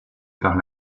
par